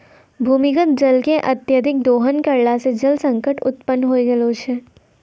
भूमीगत जल के अत्यधिक दोहन करला सें जल संकट उत्पन्न होय गेलो छै